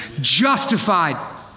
justified